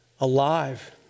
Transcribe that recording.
alive